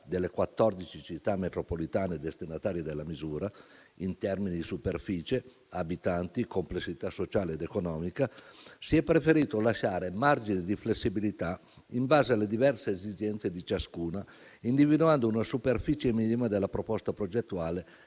delle 14 Città metropolitane destinatarie della misura in termini di superficie-abitanti, complessità sociale ed economica, si è preferito lasciare margine di flessibilità in base alle diverse esigenze di ciascuna, individuando una superficie minima della proposta progettuale